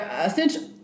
essentially